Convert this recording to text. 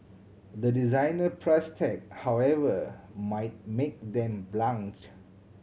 the designer price tag however might make them blanch